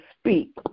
speak